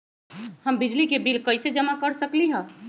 हम बिजली के बिल कईसे जमा कर सकली ह?